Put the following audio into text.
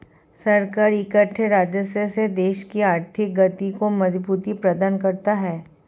सरकार इकट्ठे राजस्व से देश की आर्थिक गति को मजबूती प्रदान करता है